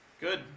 Good